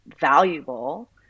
valuable